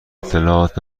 اطلاعات